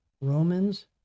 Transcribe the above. Romans